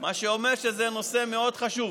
מה שאומר שזה נושא מאוד חשוב.